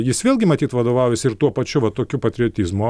jis vėlgi matyt vadovaujasi ir tuo pačiu vat tokiu patriotizmo